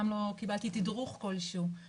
קיבלתי תדרוך כלשהו.